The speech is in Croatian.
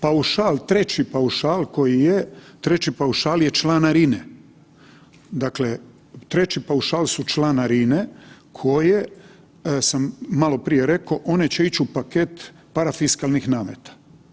Paušal, treći paušal koji je treći paušal je članarine, dakle treći paušal su članarine koje sam maloprije rekao one će ići u paket parafiskalnih nameta.